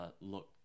look